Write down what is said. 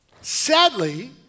Sadly